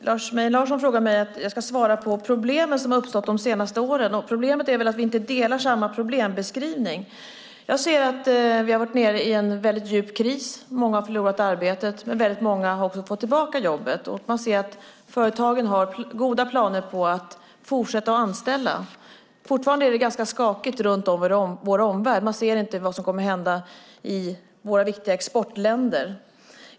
Fru talman! Lars Mejern Larsson vill att jag ska svara på frågor om de problem som har uppstått de senaste åren. Problemet är att vi inte har samma problembeskrivning. Jag ser att vi har varit nere i en väldigt djup kris. Många har förlorat arbetet, men väldigt många har också fått tillbaka jobbet. Företagen har goda planer på att fortsätta att anställa. Det är fortfarande ganska skakigt runt om i vår omvärld. Man vet inte vad som kommer att hända i våra viktiga exportländer.